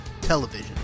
television